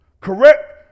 Correct